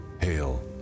Hail